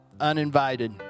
uninvited